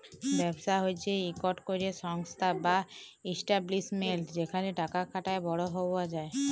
ব্যবসা হছে ইকট ক্যরে সংস্থা বা ইস্টাব্লিশমেল্ট যেখালে টাকা খাটায় বড় হউয়া যায়